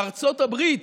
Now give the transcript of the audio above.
לארצות הברית,